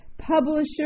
publisher